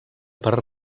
per